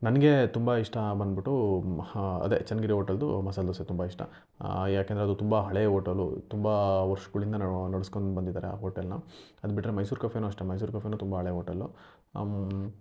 ನನಗೆ ತುಂಬ ಇಷ್ಟ ಬಂದು ಬಿಟ್ಟು ಅದೇ ಚನ್ನಗಿರಿ ಓಟಲ್ದು ಮಸಾಲೆ ದೋಸೆ ತುಂಬ ಇಷ್ಟ ಯಾಕಂದರೆ ಅದು ತುಂಬ ಹಳೆಯ ಹೋಟಲು ತುಂಬ ವರ್ಷ್ಗಳಿಂದನೂ ನಡ್ಸ್ಕೊಂಡು ಬಂದಿದ್ದಾರೆ ಆ ಹೋಟಲ್ನ ಅದು ಬಿಟ್ಟರೆ ಮೈಸೂರ್ ಕೆಫೆನೂ ಅಷ್ಟೇ ಮೈಸೂರು ಕೆಫೆನೂ ತುಂಬ ಹಳೆಯ ಹೋಟಲ್ಲು